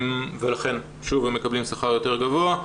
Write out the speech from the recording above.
ולכן שוב, הם מקבלים שכר יותר גבוה.